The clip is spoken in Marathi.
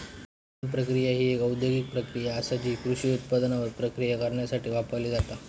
उत्पादन प्रक्रिया ही एक औद्योगिक प्रक्रिया आसा जी कृषी उत्पादनांवर प्रक्रिया करण्यासाठी वापरली जाता